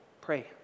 pray